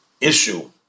issue